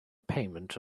payment